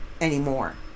anymore